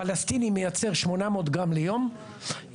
פלסטיני מייצר 800 גרם ליום,